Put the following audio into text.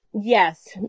yes